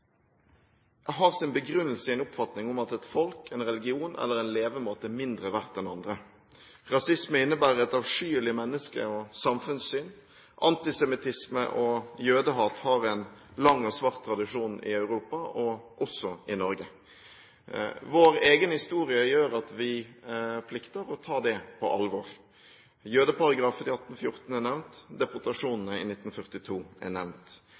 Rasisme har sin begrunnelse i en oppfatning om at et folk, en religion eller en levemåte er mindre verdt enn andre. Rasisme innebærer et avskyelig menneske- og samfunnssyn. Antisemittisme og jødehat har en lang og svart tradisjon i Europa og også i Norge. Vår egen historie gjør at vi plikter å ta det på alvor. Jødeparagrafen fra 1814 er nevnt. Deportasjonene i 1942 er nevnt